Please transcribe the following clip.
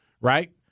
right